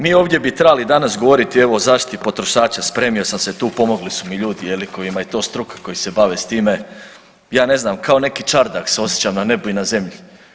Mi ovdje bi trebali danas govoriti evo, o zaštiti potrošača, spremio sam se tu, pomogli su mi ljudi, je li, kojima je to struka, koji se bave s time, ja ne znam, kao neki čardak se osjećam, na nebu i na zemlji.